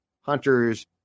Hunter's